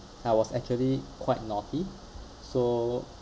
I was actually quite naughty so